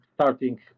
starting